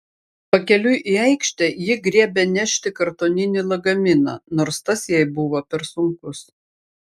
pakeliui į aikštę ji griebė nešti kartoninį lagaminą nors tas jai buvo per sunkus